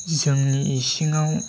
जोंनि इसिङाव